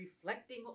Reflecting